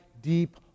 deep